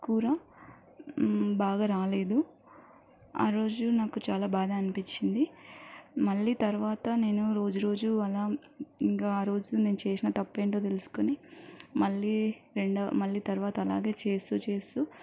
కూర బాగా రాలేదు ఆ రోజు నాకు చాలా బాధ అనిపించింది మళ్ళీ తరువాత నేను రోజు రోజు అలా ఇంకా ఆరోజు నేను చేసిన తప్పేంటో తెలుసుకుని మళ్ళీ రెండవ మళ్ళీ తరువాత అలాగే చేస్తూ చేస్తూ